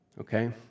Okay